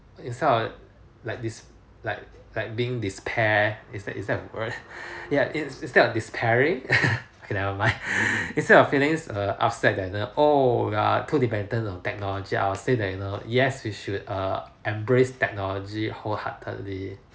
instead of like this like like being despair it's that it's that a word ya in instead of despairing okay nevermind instead of being err upset then uh oh too dependence on technology I'd say you know ya you should err embrace technology wholeheartedly